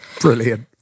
Brilliant